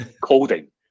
coding